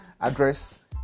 address